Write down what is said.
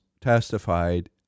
testified